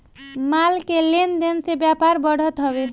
माल के लेन देन से व्यापार बढ़त हवे